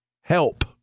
help